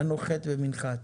היה נוחת במנחת,